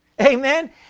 amen